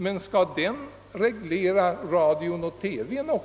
Men om denna paragraf skall reglera också förhållandena beträffande radio och